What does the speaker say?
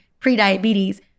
prediabetes